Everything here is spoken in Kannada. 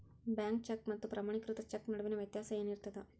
ಬ್ಯಾಂಕ್ ಚೆಕ್ ಮತ್ತ ಪ್ರಮಾಣೇಕೃತ ಚೆಕ್ ನಡುವಿನ್ ವ್ಯತ್ಯಾಸ ಏನಿರ್ತದ?